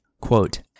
quote